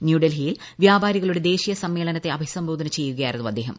ന്യൂഡൽഹിയിൽ വ്യാപാരികളുടെ ദേശീയ സമ്മേളനത്തെ അഭിസംബോധന ചെയ്യുകയായിരുന്നു അദ്ദേഹം